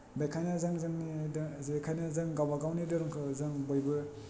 बेखायनो जों जोंनि धो बेखायनो जों गावबागावनि धोरोमखौ जों बयबो